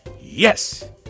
Yes